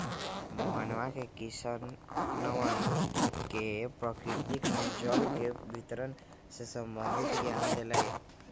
मोहनवा ने किसनवन के प्रकृति में जल के वितरण से संबंधित ज्ञान देलय